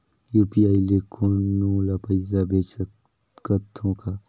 UPI ले कोनो ला पइसा भेज सकत हों का?